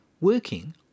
working